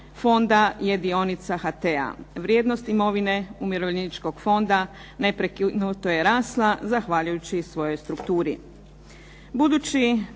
fonda je dionica HT-a. Vrijednost imovine Umirovljeničkog fonda neprekinuto je rasla zahvaljujući svojoj strukturi.